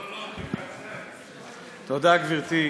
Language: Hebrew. תודה, גברתי.